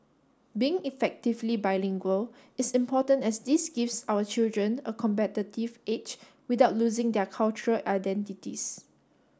being effectively bilingual is important as this gives our children a competitive edge without losing their cultural identities